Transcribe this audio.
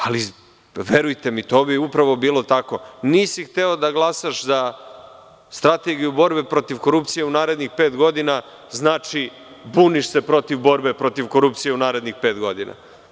Ali, verujte mi, to bi upravo bilo tako – nisi hteo da glasaš za strategiju borbe protiv korupcije u narednih pet godina, znači, buniš se protiv borbe protiv korupcije u narednih pet godina.